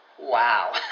wow